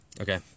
Okay